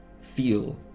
feel